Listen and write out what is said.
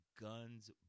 guns